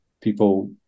people